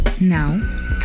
Now